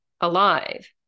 alive